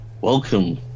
Welcome